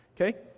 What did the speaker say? Okay